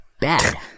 bad